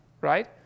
right